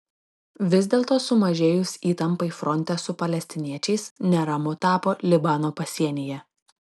vis dėlto sumažėjus įtampai fronte su palestiniečiais neramu tapo libano pasienyje